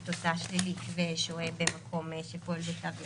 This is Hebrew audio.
תוצאה שלילית ושוהה במקום שפועל בתו ירוק.